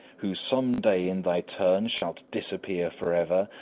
who some day in thy turn shalt disappear forever,